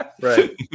Right